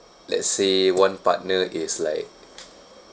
let's say one partner is like